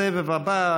הסבב הבא,